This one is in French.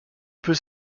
peut